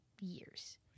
years